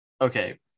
Okay